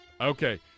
Okay